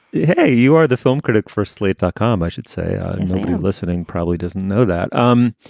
hey, you are the film critic for slate dot com. i should say listening probably doesn't know that. um